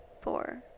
four